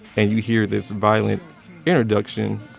and you hear this violent introduction,